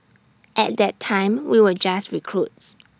at that time we were just recruits